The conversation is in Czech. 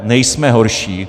Nejsme horší.